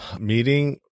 meeting